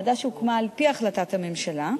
ועדה שהוקמה על-פי החלטת הממשלה.